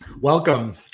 Welcome